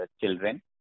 children